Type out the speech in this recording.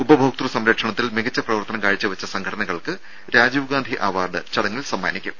ഉപഭോക്തൃ സംരക്ഷണത്തിൽ മികച്ച പ്രവർത്തനം കാഴ്ച്ചവെച്ച സംഘടനകൾക്ക് രാജീവ് ഗാന്ധി അവാർഡ് ചടങ്ങിൽ സമ്മാനിക്കും